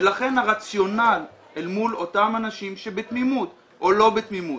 ולכן הרציונל אל מול אותם אנשים שבתמימות או לא בתמימות,